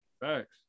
Facts